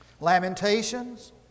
Lamentations